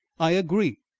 i agree.